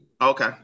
Okay